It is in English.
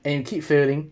and keep failing